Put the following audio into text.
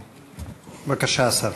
בבקשה, השר.